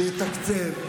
שיתקצב.